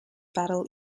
battle